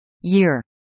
year